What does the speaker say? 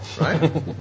right